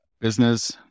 business